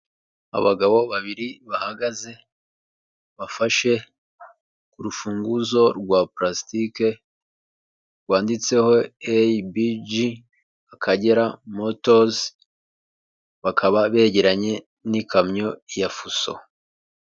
Abagabo babiri bahagaze bafashe urufunguzo rwa purasitike, rwanditseho ABG Akagera motozi, bakaba begeranye n'ikamyo ya fuso.